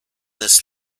this